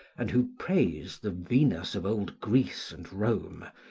and who praise the venus of old greece and rome,